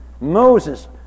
Moses